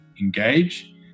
engage